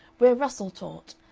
where russell taught,